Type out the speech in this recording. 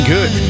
Good